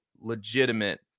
legitimate